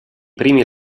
primi